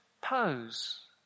pose